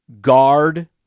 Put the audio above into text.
guard